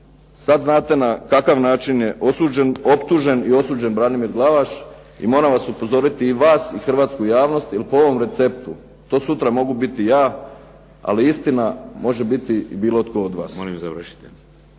sad znate na kakav način je osuđen, optužen i osuđen Branimir Glavaš. I moram vas upozoriti i vas i hrvatsku javnost jer po ovom receptu to sutra mogu biti ja, ali istina može biti i bilo tko od vas.